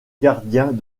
gardiens